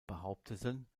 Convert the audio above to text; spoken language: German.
behaupteten